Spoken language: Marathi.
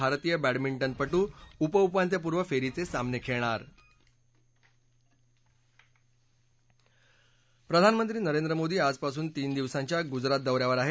भारतीय बॅडमिंटनपटू उपउपांत्यपूर्व फ्रींचस्तिमनखिळणार प्रधानमंत्री नरेंद्र मोदी आजपासून तीन दिवसांच्या गुजरात दो यावर आहेत